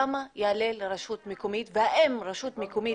כמה יעלה לרשות מקומית והאם רשות מקומית